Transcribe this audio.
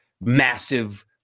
massive